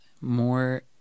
more